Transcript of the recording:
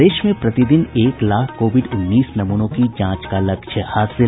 प्रदेश में प्रतिदिन एक लाख कोविड उन्नीस नमूनों की जांच का लक्ष्य हासिल